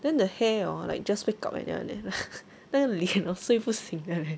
then the hair hor like just wake up like that [one] leh 那脸 hor 睡不醒的 leh